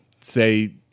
say